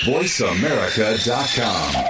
VoiceAmerica.com